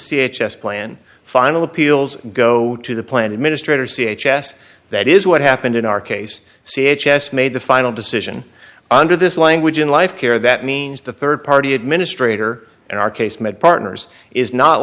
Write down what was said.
c h s plan final appeals go to the plan administrator c h s that is what happened in our case c h s made the final decision under this language in life care that means the rd party administrator in our case made partners is not